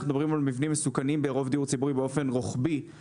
אנחנו מדברים על מבנים מסוכנים ברוב דיור ציבורי באופן רוחבי.